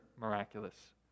miraculous